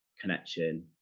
connection